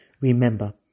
Remember